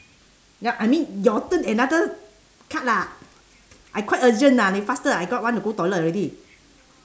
ya I mean your turn another card lah I quite urgent lah 你 faster ah I got want to go toilet already